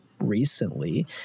recently